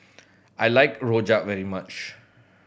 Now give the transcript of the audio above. I like rojak very much